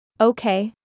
Okay